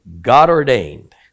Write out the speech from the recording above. God-ordained